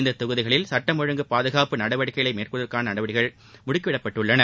இந்த தொகுதிகளில் சட்டம் ஒழுங்கு பாதுகாப்பு நடவடிக்கைகளை மேற்கொள்வதற்கான பணிகள் முடுக்கிவிடப்பட்டுள்ளன